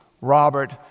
Robert